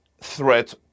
threat